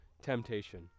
temptation